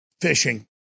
fishing